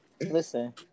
Listen